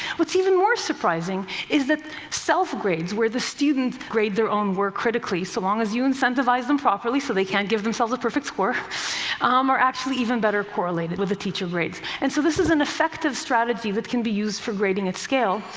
what's even more surprising is that self-grades, where the students grade their own work critically so long as you incentivize them properly so they can't give themselves a perfect score um are actually even better correlated with the teacher grades. and so this is an effective strategy that can be used for grading at scale,